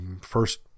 first